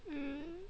mm